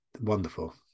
Wonderful